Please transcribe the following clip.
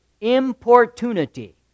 importunity